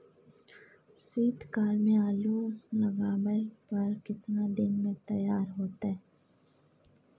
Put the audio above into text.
शीत काल में आलू लगाबय पर केतना दीन में तैयार होतै?